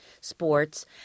sports